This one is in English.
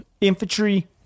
infantry